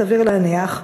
סביר להניח,